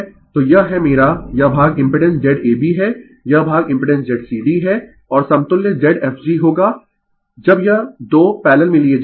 तो यह है मेरा यह भाग इम्पिडेंस Z ab है यह भाग इम्पिडेंस Z cd है और समतुल्य Zfg होगा जब यह 2 पैरलल में लिए जायेंगें